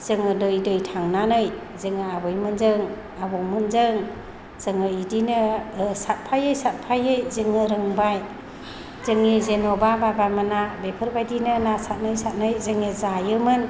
जोङो दै दै थांनानै जोङो आबैमोनजों आबौमोनजों जोङो बिदिनो सारफायै सारफायै जोङो रोंबाय जोंनि जेनेबा बाबामोना बेफोरबायदिनो ना सारै सारै जोङो जायोमोन